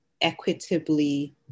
equitably